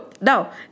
Now